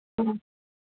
ஆ